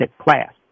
class